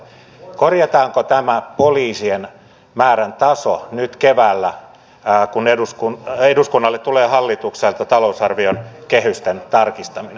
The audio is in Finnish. korjataanko tämä poliisien määrän taso nyt keväällä kun eduskunnalle tulee hallitukselta talousarvion kehysten tarkistaminen